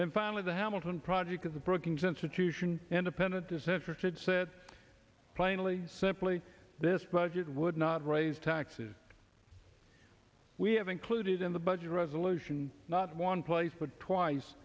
and finally the hamilton project at the brookings institution independent disinterested said plainly simply this budget would not raise taxes we have included in the budget resolution not one place but twice